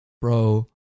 bro